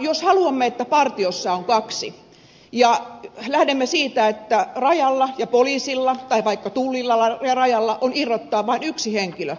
jos haluamme että partiossa on kaksi ja lähdemme siitä että rajalla ja poliisilla tai vaikka tullilla ja rajalla on irrottaa vain yksi henkilö